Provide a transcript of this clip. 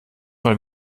mal